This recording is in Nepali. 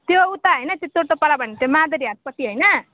त्यो उता हैन त्यो टोटोपाडा भन्ने त्यो मादरी हाटपट्टि हैन